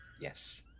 Yes